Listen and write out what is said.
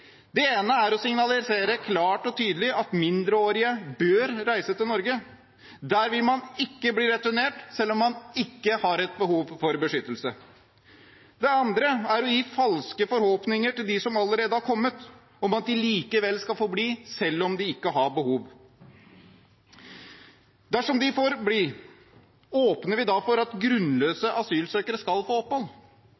Det ene er å signalisere klart og tydelig at mindreårige bør reise til Norge, der vil man ikke bli returnert fra selv om man ikke har behov for beskyttelse. Det andre er å gi falske forhåpninger til dem som allerede har kommet, om at de likevel skal få bli selv om de ikke har behov. Dersom de får bli, åpner vi for at